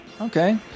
okay